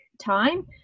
time